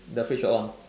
the fridge will on